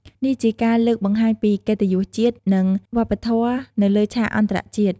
នេះជាការលើកបង្ហាញពីកិត្តយសជាតិ និងវប្បធម៌នៅលើឆាកអន្តរជាតិ។